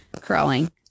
crawling